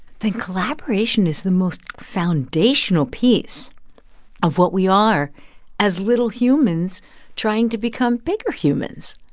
then collaboration is the most foundational piece of what we are as little humans trying to become bigger humans.